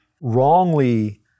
wrongly